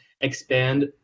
expand